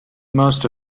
most